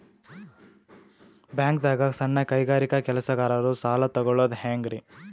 ಬ್ಯಾಂಕ್ದಾಗ ಸಣ್ಣ ಕೈಗಾರಿಕಾ ಕೆಲಸಗಾರರು ಸಾಲ ತಗೊಳದ್ ಹೇಂಗ್ರಿ?